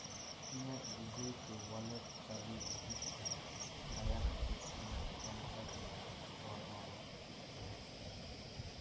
ᱤᱧᱟᱹᱜ Google pay wallet ᱪᱟᱹᱞᱩᱭ ᱞᱟᱹᱜᱤᱫ ᱛᱮ ᱫᱟᱭᱟ ᱠᱟᱛᱮᱫ ᱤᱧᱟᱹᱜ ᱯᱮᱱ ᱠᱟᱨᱰ ᱨᱮᱭᱟᱜ ᱵᱚᱨᱱᱚᱱ ᱯᱮᱨᱮᱡᱽ ᱢᱮ